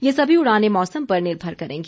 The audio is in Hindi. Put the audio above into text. यह सभी उड़ानें मौसम पर निर्भर करेगी